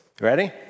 Ready